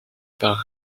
par